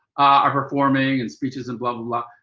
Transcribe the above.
are performing and speeches and blah, blah, blah.